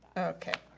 okay,